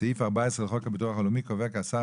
סעיף 14 לחוק הביטוח הלאומי קובע כי השר